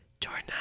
Jordan